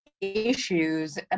issues